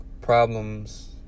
problems